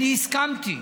אני הסכמתי